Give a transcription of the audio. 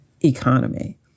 economy